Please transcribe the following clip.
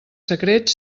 secrets